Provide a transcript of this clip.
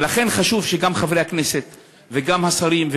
ולכן חשוב שגם חברי הכנסת וגם השרים,